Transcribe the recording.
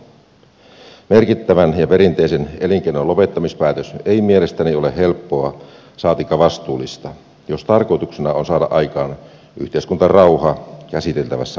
merkittävän ja perinteisen elinkeinon lopettamispäätös ei mielestäni ole helppoa saatikka vastuullista jos tarkoituksena on saada aikaan yhteiskuntarauha käsiteltävässä asiassa